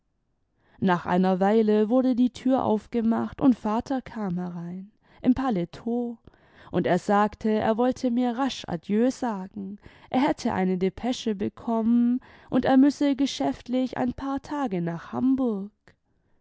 nach einer weile wurde die tür aufgemacht und vater kam herein im paletot luid er sagte er wollte mir rasch adieu sagen er hätte eine depesche bekommen und er müsse geschäftlich ein paar tage nach hamburg